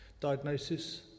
Diagnosis